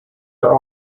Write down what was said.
are